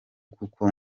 kuko